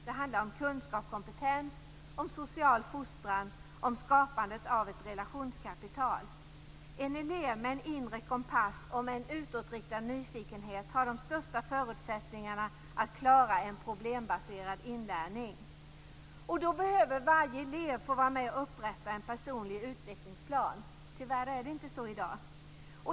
Det handlar om kunskap och kompetens, social fostran och skapandet av ett relationskapital. En elev med en inre kompass och med en utåtriktad nyfikenhet har de största förutsättningarna att klara en problembaserad inlärning. Varje elev behöver få vara med och upprätta en personlig utvecklingsplan. Tyvärr är det inte så i dag.